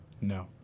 No